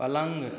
पलंग